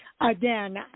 Again